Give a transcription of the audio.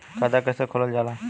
खाता कैसे खोलल जाला?